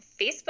Facebook